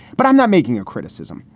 but i'm not making a criticism.